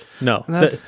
No